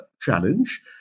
challenge